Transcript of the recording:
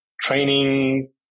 training